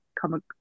come